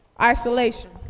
Isolation